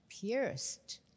pierced